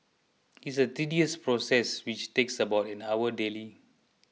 is a tedious process which takes about an hour daily